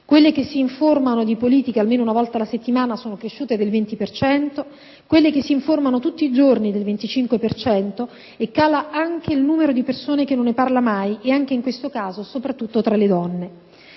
quelle che si informano di politica almeno una volta alla settimana sono cresciute del 20 per cento; quelle che si informano tutti i giorni del 25 per cento; cala il numero di persone che non ne parla mai e, anche in questo caso, soprattutto tra le donne.